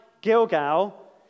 Gilgal